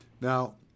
Now